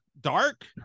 dark